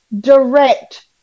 direct